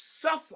Suffer